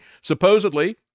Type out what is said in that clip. Supposedly